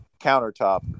countertop